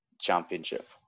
Championship